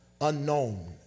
unknown